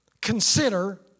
consider